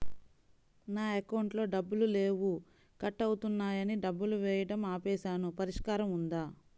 నా అకౌంట్లో డబ్బులు లేవు కట్ అవుతున్నాయని డబ్బులు వేయటం ఆపేసాము పరిష్కారం ఉందా?